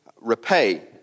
repay